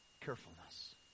carefulness